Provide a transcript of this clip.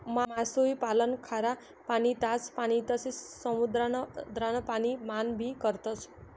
मासोई पालन खारा पाणी, ताज पाणी तसे समुद्रान पाणी मान भी करतस